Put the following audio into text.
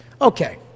Okay